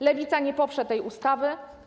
Lewica nie poprze tej ustawy.